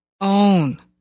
own